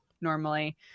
normally